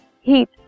heat